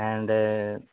and